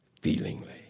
feelingly